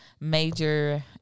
major